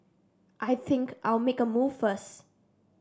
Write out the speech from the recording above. I think I'll make a move first